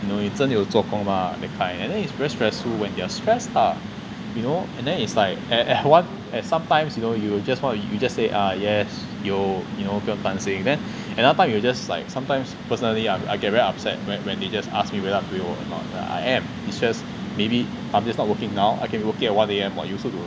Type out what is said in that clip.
you know 真有做工 mah that kind and then it's very stressful when their stressed lah you know and then it's like at what and sometimes you know you just want to you you just say ah yes 有 you know 不用担心 then another time you were just like sometimes personally I get very upset when they just just ask me whether I'm working you know I am it's just I'm just not working now I can be working at one am [what] you also don't know